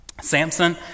samson